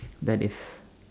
that is